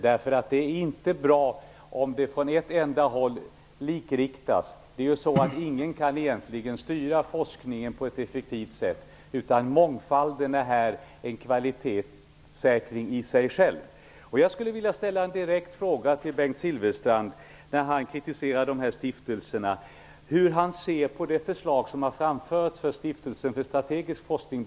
Det är nämligen inte bra om det likriktas från ett enda håll. Ingen kan egentligen styra forskningen på ett effektivt sätt, utan mångfalden är en kvalitetssäkring i sig själv. Jag skulle vilja ställa en direkt fråga till Bengt Silfverstrand. Han kritiserar dessa stiftelser. Hur ser han på det förslag som har framförts när det gäller Stiftelsen för strategisk forskning?